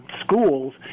schools